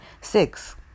six